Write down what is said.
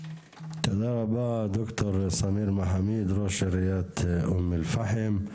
תודה רבה ד"ר סמיר מחמיד, ראש עיריית אום אל פחם.